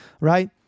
right